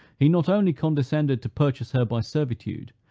he not only condescended to purchase her by servitude,